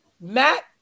Matt